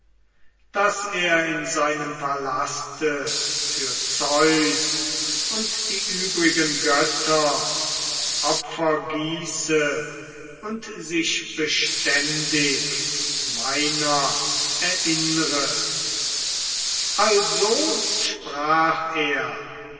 daß er in seinem palaste für zeus und die übrigen götter opfer gieße und sich beständig meiner erinnre also sprach er